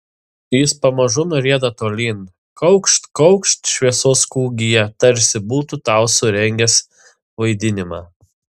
jis pamažu nurieda tolyn kaukšt kaukšt šviesos kūgyje tarsi būtų tau surengęs vaidinimą